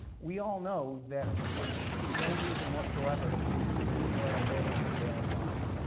we all know that for no reason whatsoever the police could destroy our day and destroy our lives,